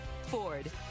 Ford